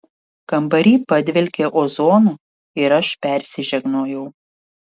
kambary padvelkė ozonu ir aš persižegnojau